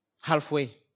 halfway